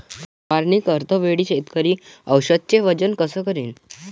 फवारणी करते वेळी शेतकरी औषधचे वजन कस करीन?